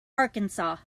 arkansas